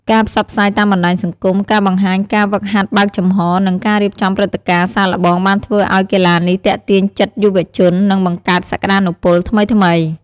ការផ្សព្វផ្សាយតាមបណ្តាញសង្គម ការបង្ហាញការហ្វឹកហាត់បើកចំហ និងការរៀបចំព្រឹត្តិការណ៍សាកល្បងបានធ្វើឲ្យកីឡានេះទាក់ទាញចិត្តយុវជននិងបង្កើតសក្តានុពលថ្មីៗ។